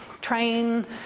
train